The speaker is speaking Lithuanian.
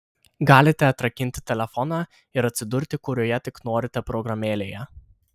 galite atrakinti telefoną ir atsidurti kurioje tik norite programėlėje